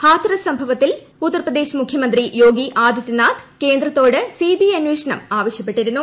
ഹാത്രസ് സംഭവത്തിൽ ഉത്തർ പ്രദേശ് മുഖ്യമന്ത്രി യോഗി ആദിത്യനാഥ് കേന്ദ്രത്തോട് സിബിഐ അന്വേഷണം ആവശ്യപ്പെട്ടിരുന്നു